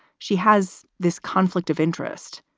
she has this conflict of interest.